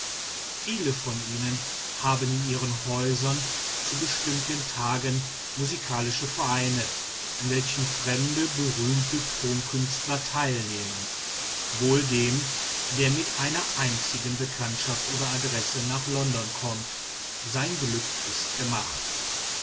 viele von ihnen haben in ihren häusern zu bestimmten tagen musikalische vereine an welchen fremde berühmte tonkünstler teilnehmen wohl dem der mit einer einzigen bekanntschaft oder adresse nach london kommt sein glück ist gemacht